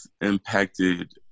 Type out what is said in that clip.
impacted